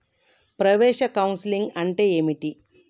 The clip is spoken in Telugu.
ప్రవేశ కౌన్సెలింగ్ అంటే ఏమిటి?